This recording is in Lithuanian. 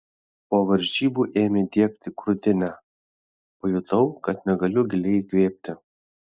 po varžybų ėmė diegti krūtinę pajutau kad negaliu giliai įkvėpti